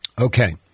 Okay